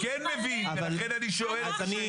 אני כן מבין, לכן אני שואל את השאלות.